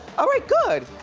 all right, good,